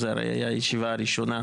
זו, הרי הישיבה הראשונה.